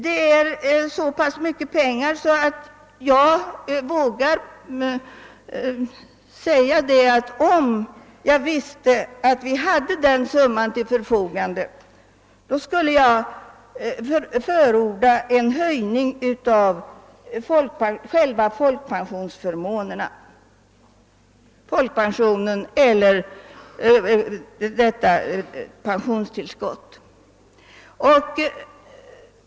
Det är så pass mycket pengar att jag, om jag visste att vi hade den summan till förfogande, skulle förorda en höjning av själva folkpensionen eller pensionstillskotten.